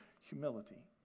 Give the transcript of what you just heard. humility